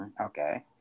okay